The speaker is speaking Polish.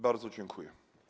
Bardzo dziękuję.